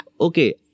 Okay